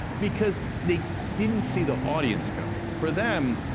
because they didn't see the audience coming. for them,